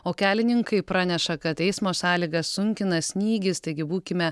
o kelininkai praneša kad eismo sąlygas sunkina snygis taigi būkime